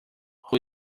who